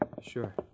sure